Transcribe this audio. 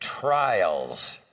trials